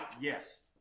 Yes